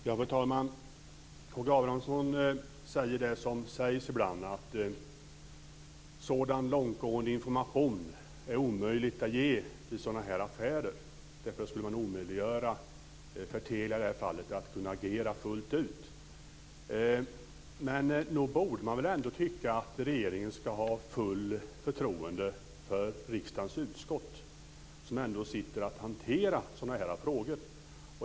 Fru talman! Karl Gustav Abramsson säger det som ibland sägs, att sådan långtgående information är det omöjligt att ge i sådana här affärer därför att man skulle omöjliggöra, i det här fallet för Telia, att agera fullt ut. Nog borde man ändå tycka att regeringen ska ha fullt förtroende för riksdagens utskott, som ändå har att hantera sådana här frågor.